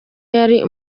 yari